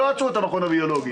ולא עצרו את המכון הביולוגי.